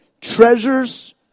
treasures